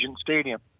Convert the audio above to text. Stadium